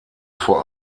vor